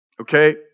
Okay